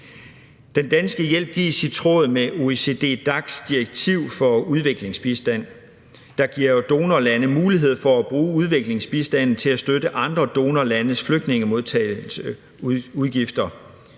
Den danske hjælp gives i tråd med OECD DAC's direktiv for udviklingsbistand, der giver donorlande mulighed for at bruge udviklingsbistanden til at støtte andre donorlande med deres flygtningemodtagelsesudgifter.